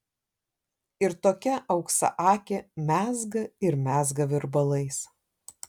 ir tokia auksaakė mezga ir mezga virbalais